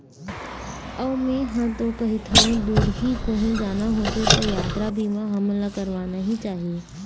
अऊ मेंहा तो कहिथँव दुरिहा कहूँ जाना होथे त यातरा बीमा हमन ला करवाना ही चाही